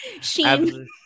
Sheen